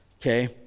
Okay